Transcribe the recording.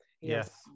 Yes